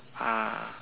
ah